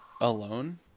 alone